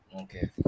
okay